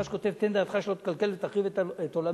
המדרש כותב: תן דעתך שלא תקלקל ותחריב את עולמי,